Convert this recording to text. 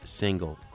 single